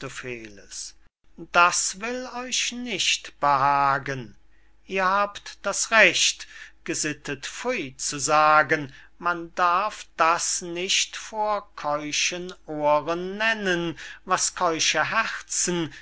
das will euch nicht behagen ihr habt das recht gesittet pfuy zu sagen man darf das nicht vor keuschen ohren nennen was keusche herzen